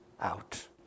out